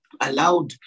allowed